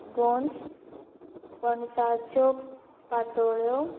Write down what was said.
गोंज पणसाच्यो पातोळ्यो